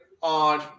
on